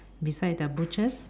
beside the butchers